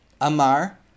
Amar